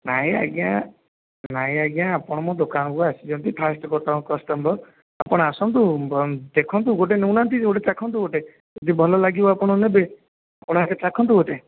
ନାଇଁ ଆଜ୍ଞା ନାଇଁ ଆଜ୍ଞା ଆପଣ ମୋ ଦୋକାନକୁ ଆସିଛନ୍ତି ଫାଷ୍ଟ୍ କଷ୍ଟମର୍ ଆପଣ ଆସନ୍ତୁ ଦେଖନ୍ତୁ ଗୋଟେ ନେଉନାହାନ୍ତି ଗୋଟେ ଚାଖନ୍ତୁ ଗୋଟେ ଯଦି ଭଲ ଲାଗିବ ଆପଣ ନେବେ ଆପଣ ଆଗେ ଚାଖନ୍ତୁ ଗୋଟେ